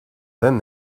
then